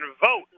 vote